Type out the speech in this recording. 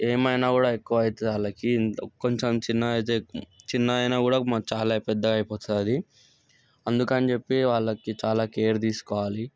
ఏమైనా కూడా ఎక్కువ అయితుంది వాళ్ళకి కొంచెం చిన్నగైతే చిన్నగైనా కూడా చాలా పెద్దగా అయిపోతుంది అందుకని చెప్పి వాళ్ళకి చాలా కేర్ తీసుకోవాలి